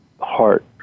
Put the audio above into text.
heart